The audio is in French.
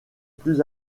plus